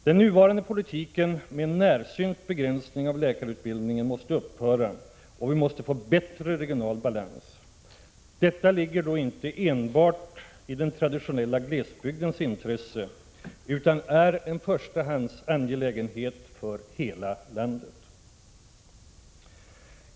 Den nuvarande politiken med en ”närsynt” begränsning av läkarutbildningen måste upphöra, och vi måste få bättre regional balans. Detta ligger då inte enbart i den traditionella glesbygdens intresse utan är en förstahandsangelägenhet för hela landet.